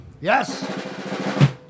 Yes